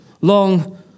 Long